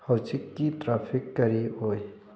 ꯍꯧꯖꯤꯛꯀꯤ ꯇ꯭ꯔꯥꯐꯤꯛ ꯀꯔꯤ ꯑꯣꯏ